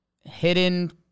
hidden